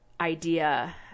idea